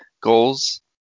goals